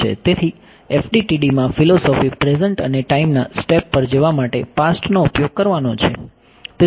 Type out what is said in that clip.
તેથી FDTD માં philosophy present અને ટાઈમના સ્ટેપ પર જવા માટે પાસ્ટનો ઉપયોગ કરવાનો છે